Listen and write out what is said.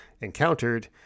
encountered